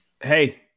Hey